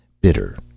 Bitter